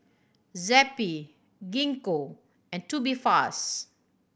Zappy Gingko and Tubifast